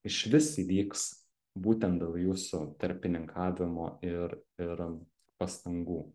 išvis įvyks būtent dėl jūsų tarpininkavimo ir ir pastangų